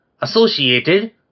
associated